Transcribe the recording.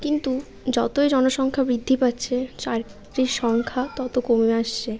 কিন্তু যতই জনসংখ্যা বৃদ্ধি পাচ্ছে চাকরির সংখ্যা তত কমে আসছে